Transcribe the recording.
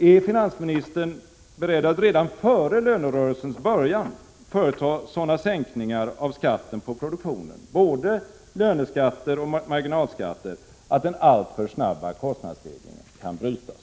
Är finansministern beredd att redan före lönerörelsen företa sådana sänkningar av skatten på produktionen, både löneskatten och marginalskatten, att den alltför snabba kostnadsstegringen kan brytas?